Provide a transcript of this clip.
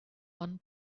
one